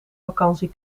vakantie